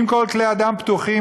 אם כל כלי הדם פתוחים,